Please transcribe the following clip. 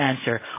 answer